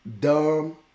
dumb